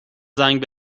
زنگ